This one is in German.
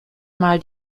mal